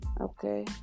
Okay